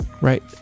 right